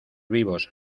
vivos